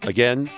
Again